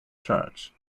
church